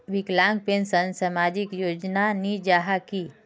विकलांग पेंशन सामाजिक योजना नी जाहा की?